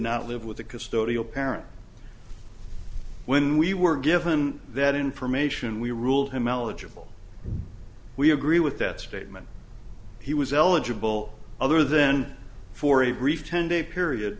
not live with the custodial parent when we were given that information we ruled him out we agree with that statement he was eligible other than for a brief ten day period